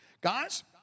Guys